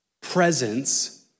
presence